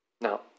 Now